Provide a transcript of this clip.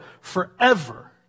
forever